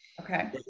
Okay